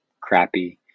crappy